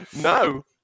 no